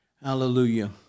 Hallelujah